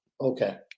Okay